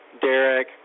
Derek